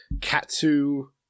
katsu